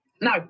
No